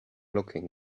looking